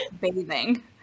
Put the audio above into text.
bathing